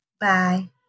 Bye